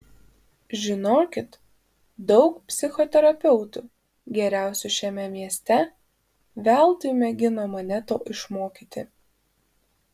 žinokit daug psichoterapeutų geriausių šiame mieste veltui mėgino mane to išmokyti